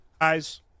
Guys